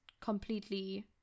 completely